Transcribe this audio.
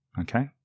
Okay